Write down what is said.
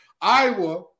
Iowa